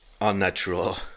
Unnatural